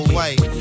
White